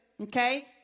Okay